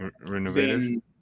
renovated